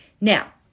Now